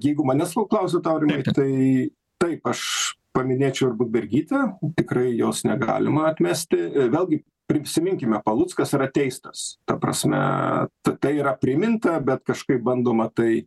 jeigu manęs to klausėt aurimai tai taip aš paminėčiau ir budbergytę tikrai jos negalima atmesti ir vėlgi prisiminkime paluckas yra teistas ta prasme tatai yra priminta bet kažkaip bandoma tai